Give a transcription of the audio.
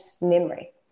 memory